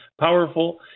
powerful